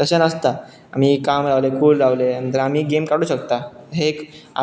तशें नासता आमी काम रावले कूल रावले नंतर आमी गेम काडू शकता हे